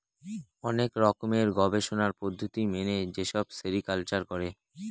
অনেক রকমের গবেষণার পদ্ধতি মেনে যেসব সেরিকালচার করে